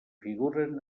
figuren